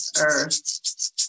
earth